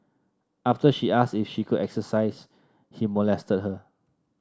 after she asked if she could exercise he molested her